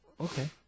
Okay